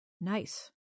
Nice